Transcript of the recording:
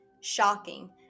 shocking